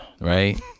right